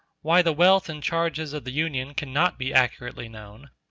why the wealth and charges of the union cannot be accurately known